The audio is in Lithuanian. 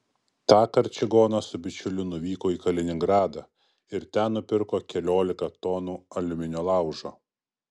tąkart čigonas su bičiuliu nuvyko į kaliningradą ir ten nupirko keliolika tonų aliuminio laužo